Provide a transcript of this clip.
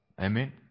Amen